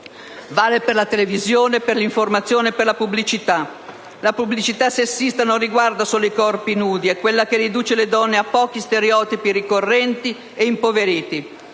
Vale per la televisione, per l'informazione, per la pubblicità. La pubblicità sessista non riguarda solo i corpi nudi. È quella che riduce le donne a pochi stereotipi ricorrenti e impoveriti.